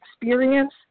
experience